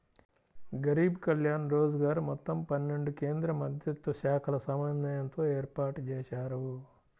గరీబ్ కళ్యాణ్ రోజ్గర్ మొత్తం పన్నెండు కేంద్రమంత్రిత్వశాఖల సమన్వయంతో ఏర్పాటుజేశారు